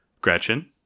Gretchen